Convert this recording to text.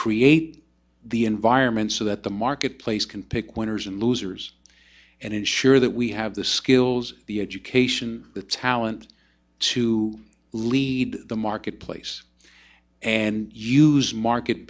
create the environment so that the marketplace can pick winners and losers and ensure that we have the skills the education the talent to lead the marketplace and use market